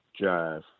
jive